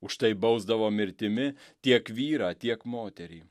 už tai bausdavo mirtimi tiek vyrą tiek moterį